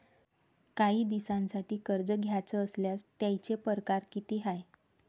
कायी दिसांसाठी कर्ज घ्याचं असल्यास त्यायचे परकार किती हाय?